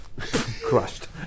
crushed